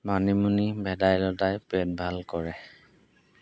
মানিমুনি ভেদাইলতাই পেট ভাল কৰে